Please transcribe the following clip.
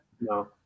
No